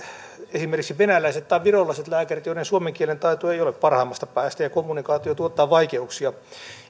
esimerkiksi venäläiset tai virolaiset lääkärit joiden suomen kielen taito ei ole parhaimmasta päästä ja ja kommunikaatio tuottaa vaikeuksia